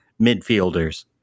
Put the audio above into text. midfielders